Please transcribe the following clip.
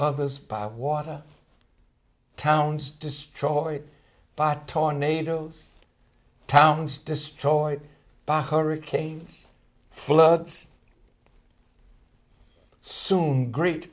others by water towns destroyed by tornadoes towns destroyed by hurricanes floods sume great